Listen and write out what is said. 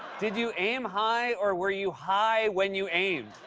did you aim high, or were you high when you aimed?